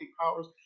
powers